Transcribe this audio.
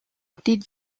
did